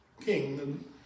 king